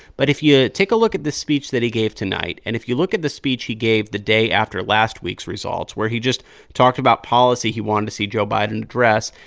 but if you take a look at the speech that he gave tonight and if you look at the speech he gave the day after last week's results, where he just talked about policy he wanted to see joe biden address,